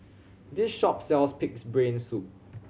this shop sells Pig's Brain Soup